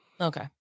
Okay